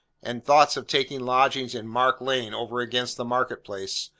and thoughts of taking lodgings in mark lane over against the market place,